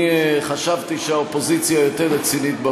אני חשבתי שהאופוזיציה יותר רצינית,